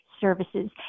services